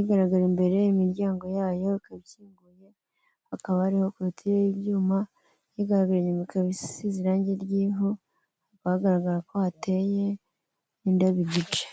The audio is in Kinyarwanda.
igaragara imbere imiryango yayo ikaba ikinguye, hakaba hariho korotire y'ibyuma, igaragara inyuma ikaba isize irangi ry'ivu, hakaba hagaragara ko hateye indabo igice.